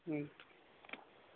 اَدٕ کیٛاہ